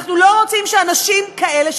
אנחנו לא רוצים שאנשים כאלה,